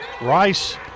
Rice